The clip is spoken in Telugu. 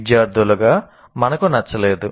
విద్యార్థులుగా మాకు నచ్చలేదు